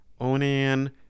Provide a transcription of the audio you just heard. Onan